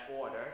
order